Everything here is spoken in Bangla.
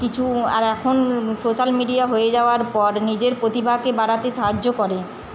কিছু আর এখন সোশ্যাল মিডিয়া হয়ে যাওয়ার পর নিজের প্রতিভাকে বাড়াতে সাহায্য করে